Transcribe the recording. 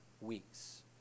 weeks